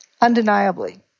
undeniably